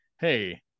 hey